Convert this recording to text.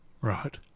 Right